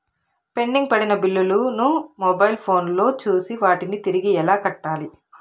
pending పడిన బిల్లులు ను మొబైల్ ఫోను లో చూసి వాటిని తిరిగి ఎలా కట్టాలి